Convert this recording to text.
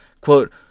Quote